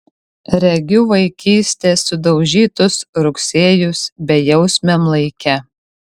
regiu vaikystės sudaužytus rugsėjus bejausmiam laike